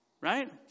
Right